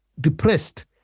depressed